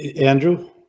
Andrew